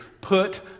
Put